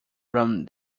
run